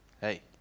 hey